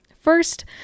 first